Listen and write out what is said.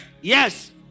Yes